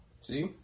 See